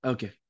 Okay